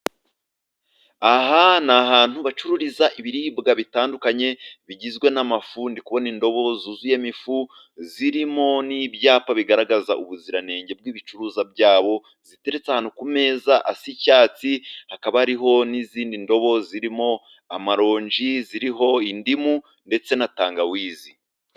Aha ni ahantu bacururiza ibiribwa bitandukanye bigizwe n'amafu. Ndi kubona indobo zuzuyemo ifu zirimo n'ibyapa bigaragaza ubuziranenge bw'ibicuruzwa byabo. Ziteretse ahantu ku meza hasa icyatsi, hakaba ariho n'izindi ndobo zirimo amaronji, zirimo indimu ndetse na tangawizi.